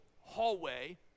hallway